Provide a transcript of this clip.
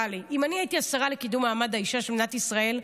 טלי: אם אני הייתי השרה לקידום מעמד האישה של מדינת ישראל,